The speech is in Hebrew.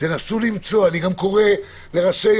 גם אני קורא לראשי